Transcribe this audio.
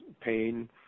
pain